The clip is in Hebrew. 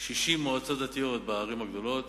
60 מועצות דתיות בערים הגדולות,